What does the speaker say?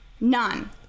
None